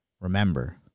Remember